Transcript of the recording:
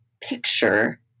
picture